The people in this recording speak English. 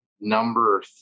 number